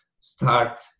start